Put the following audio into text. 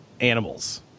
animals